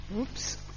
Oops